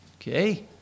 Okay